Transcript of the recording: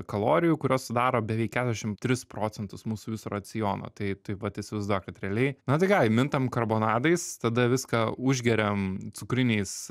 kalorijų kurios sudaro beveik keturiasdešimt tris procentus mūsų viso raciono tai tai vat įsivaizduok kad realiai na tai ką mintam karbonadais tada viską užgeriam cukriniais